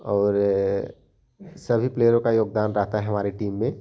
और सभी प्लेयरों का योगदार रहता है हमारे टीम में